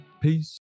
Peace